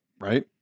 Right